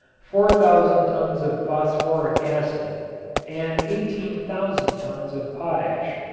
four thousand tons of phosphoric acid and eighteen thousand tons of potash,